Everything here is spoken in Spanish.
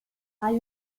hay